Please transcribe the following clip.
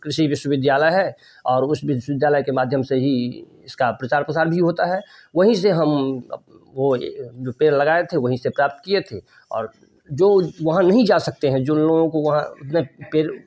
कृषि विश्वविद्यालय है और उस विश्वविद्यालय के माध्यम से ही इसका प्रचार प्रसार भी होता है वहीं से जो हम वो पेड़ लगाए थे वहीं से प्राप्त किए थे और जो वहाँ नहीं जा सकते हैं जिन लोगों को वहाँ पे